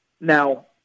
Now